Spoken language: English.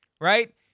Right